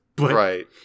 Right